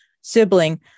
sibling